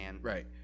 right